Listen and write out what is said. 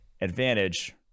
Advantage